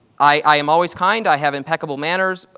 i am always kind. i have impeccable manners.